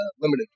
limited